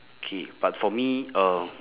K but for me um